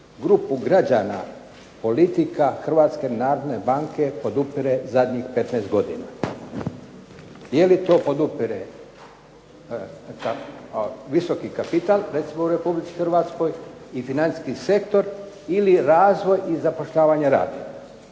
grupu građana politika Hrvatske narodne banke podupire zadnjih 15 godina. Je li to podupire visoki kapital recimo u Republici Hrvatskoj i financijski sektor ili razvoj i zapošljavanje radnika